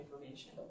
information